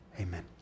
Amen